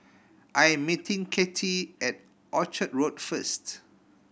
I am meeting Katy at Orchid Road first